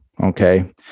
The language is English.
Okay